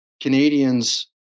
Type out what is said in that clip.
Canadians